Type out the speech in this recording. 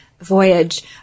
voyage